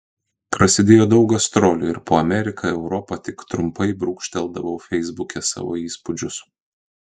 prasidėjo daug gastrolių ir po ameriką europą tik trumpai brūkšteldavau feisbuke savo įspūdžius